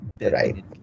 Right